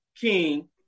King